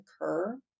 occur